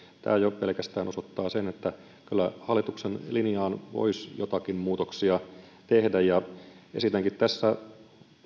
tämä jo pelkästään osoittaa sen että kyllä hallituksen linjaan voisi joitakin muutoksia tehdä esitänkin tässä